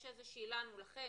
לכם,